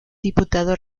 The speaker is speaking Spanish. diputado